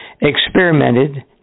experimented